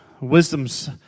wisdom's